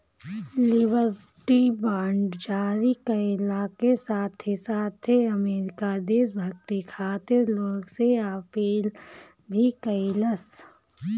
liberty bond जारी कईला के साथे साथे अमेरिका देशभक्ति खातिर लोग से अपील भी कईलस